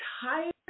tired